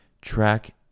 track